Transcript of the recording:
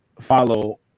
follow